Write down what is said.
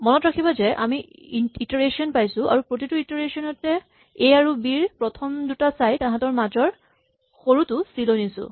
মনত ৰাখিবা যে আমি ইটাৰেচন পাইছো আৰু প্ৰতিটো ইটাৰেচন তে এ আৰু বি ৰ প্ৰথম দুটা চাই তাহাঁতৰ মাজৰ সৰুটো চি লৈ নিছো